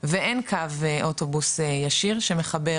ואין קו אוטובוס ישיר שמחבר